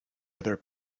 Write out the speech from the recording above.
other